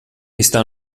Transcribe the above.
está